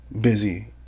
Busy